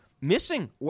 Missing